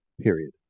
period